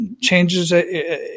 changes